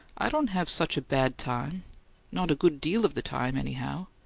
i don't have such a bad time not a good deal of the time, anyhow.